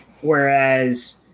Whereas